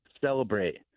celebrate